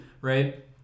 right